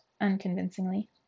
unconvincingly